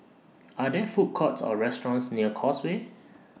Are There Food Courts Or restaurants near Causeway